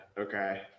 Okay